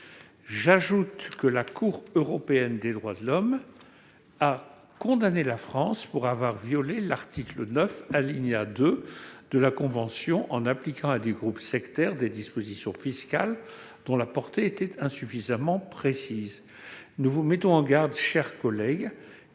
J'ajoute que la Cour européenne des droits de l'homme a condamné la France pour avoir violé l'article 9, alinéa 2, de la Convention européenne des droits de l'homme, en appliquant à des groupes sectaires des dispositions fiscales dont la portée était insuffisamment précise. Monsieur le ministre, chers collègues,